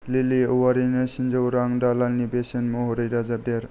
लिलि औवारिनो स्निजौ रां दालालनि बेसेन महरै दाजाबदेर